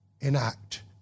enact